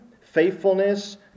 faithfulness